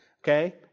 Okay